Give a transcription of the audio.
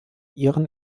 ihren